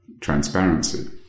transparency